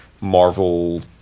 Marvel